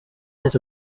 his